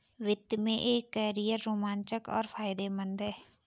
वित्त में एक कैरियर रोमांचक और फायदेमंद है